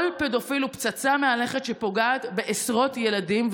כל פדופיל הוא פצצה מהלכת שפוגעת בעשרות ילדים,